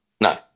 no